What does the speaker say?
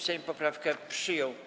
Sejm poprawkę przyjął.